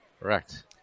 Correct